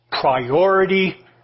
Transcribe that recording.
priority